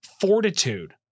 Fortitude